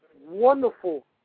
wonderful